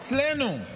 אצלנו.